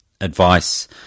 advice